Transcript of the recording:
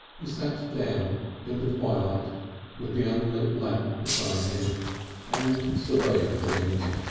he sat down in the twilight with the unlit lamp beside him and surveyed things.